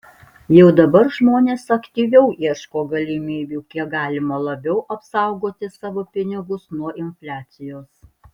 jau dabar žmonės aktyviau ieško galimybių kiek galima labiau apsaugoti savo pinigus nuo infliacijos